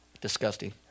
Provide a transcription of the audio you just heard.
Disgusting